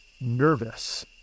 nervous